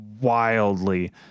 wildly